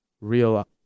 real